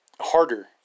harder